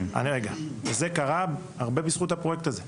זה קרה הרבה בזכות הפרויקט הזה.